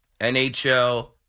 NHL